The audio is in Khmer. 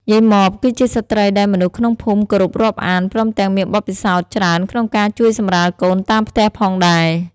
យាយម៉បគឺជាស្ត្រីដែលមនុស្សក្នុងភូមិគោរពរាប់អាន ព្រមទាំងមានបទពិសោធន៍ច្រើនក្នុងការជួយសម្រាលកូនតាមផ្ទះផងដែរ។